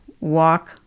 walk